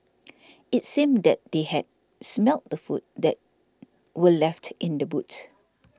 it seemed that they had smelt the food that were left in the boot